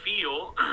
feel